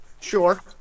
Sure